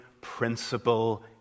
principle